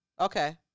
Okay